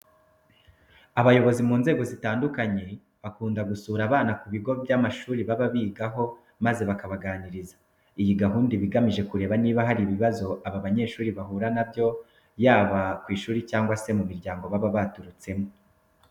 Abayobozi bo mu nzego zigiye zitandukanye bakunda gusura abana ku bigo by'amashuri baba bigaho maze bakabaganiriza. Iyi gahunda iba igamije kureba niba hari ibibazo aba banyeshuri bahura na byo yaba ku ishuri cyangwa se mu miryango baba baturutsemo.